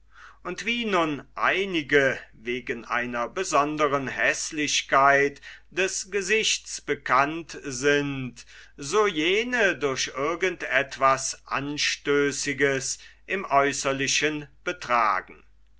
und wie nun einige wegen einer besonderen häßlichkeit des gesichts bekannt sind so jene durch irgend etwas anstößiges im äußerlichen betragen